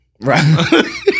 Right